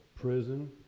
prison